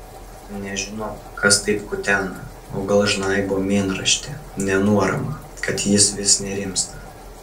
nežinau kas taip kutena o gal žnaibo mėnraštį nenuoramą kad jis vis nerimsta